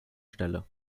stelle